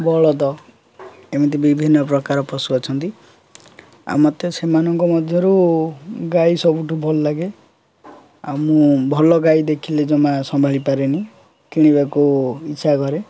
ବଳଦ ଏମିତି ବିଭିନ୍ନ ପ୍ରକାର ପଶୁ ଅଛନ୍ତି ଆଉ ମୋତେ ସେମାନଙ୍କ ମଧ୍ୟରୁ ଗାଈ ସବୁଠୁ ଭଲ ଲାଗେ ଆଉ ମୁଁ ଭଲ ଗାଈ ଦେଖିଲେ ଜମା ସମ୍ଭାଳି ପାରେନି କିଣିବାକୁ ଇଚ୍ଛା କରେ